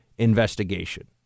investigation